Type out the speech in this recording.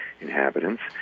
inhabitants